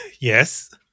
Yes